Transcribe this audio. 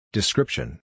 Description